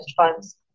funds